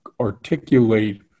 articulate